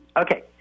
okay